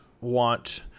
want